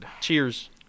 Cheers